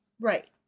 Right